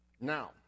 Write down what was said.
Now